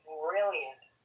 brilliant